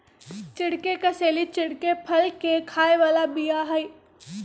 चिढ़ के कसेली चिढ़के फल के खाय बला बीया हई